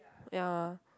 ya